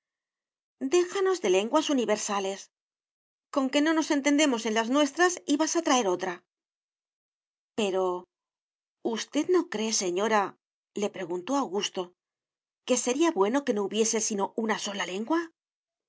déjanos de lenguas universales conque no nos entendemos en las nuestras y vas a traer otra pero usted no cree señorale preguntó augusto que sería bueno que no hubiese sino una sola